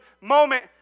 moment